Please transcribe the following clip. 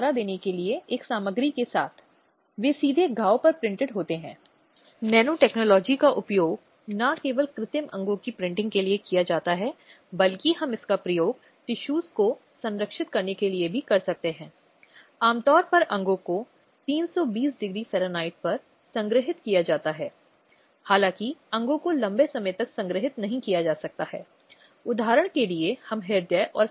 हालाँकि दोनों मामलों में सुप्रीम कोर्ट ने कुछ दिशानिर्देश दिए हैं जहाँ लिव इन रिलेशनशिप को लिया जा सकता है शादी की प्रकृति में है इसलिए यदि दोनों पक्ष काफी समय तक साथ रह रहे हैं तो उनके आपस में संबंध हैं